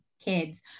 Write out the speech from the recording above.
kids